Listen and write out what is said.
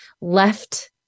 left